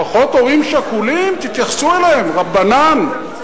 לפחות הורים שכולים, תתייחסו אליהם, רבנן.